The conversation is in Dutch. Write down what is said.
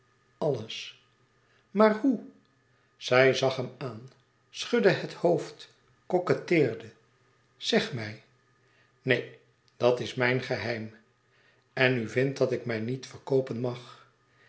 maar hoè zij zag hem aan schudde het hoofd coquetteerde zeg mij neen dat is mijn geheim en u vindt dat ik mij niet verkoopen mag